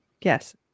yes